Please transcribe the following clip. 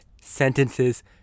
sentences